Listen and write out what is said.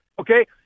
okay